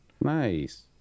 nice